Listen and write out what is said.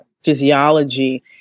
physiology